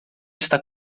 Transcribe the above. está